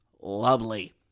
Lovely